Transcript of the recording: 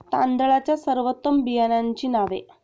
तांदळाच्या सर्वोत्तम बियाण्यांची नावे?